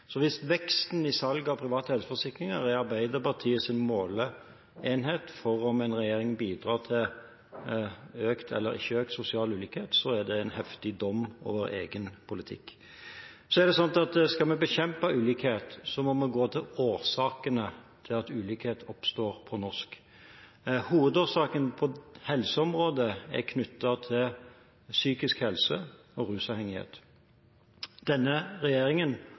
Hvis veksten i salg av private helseforsikringer er Arbeiderpartiets måleenhet for om en regjering bidrar til økt eller ikke økt sosial ulikhet, er det en heftig dom over egen politikk. Skal vi bekjempe ulikhet, må vi gå til årsakene til at ulikhet oppstår. Hovedårsaken på helseområdet er knyttet til psykisk helse og rusavhengighet. Denne regjeringen